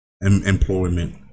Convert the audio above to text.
employment